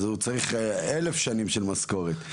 אז הוא צריך 1,000 שנים של משכורת.